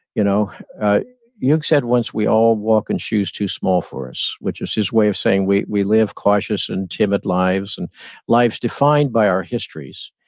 you know jung said, once we all walk in shoes too small for us. which is his way of saying, we we live cautious, and timid lives, and lives defined by our histories.